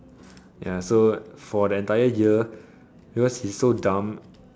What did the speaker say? ya so for the entire year because he's so dumb